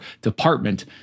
department